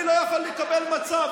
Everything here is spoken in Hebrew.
אני לא יכול לקבל מצב,